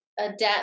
adapt